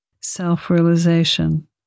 self-realization